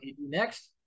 Next